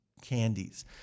candies